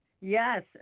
yes